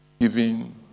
giving